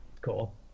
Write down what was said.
Cool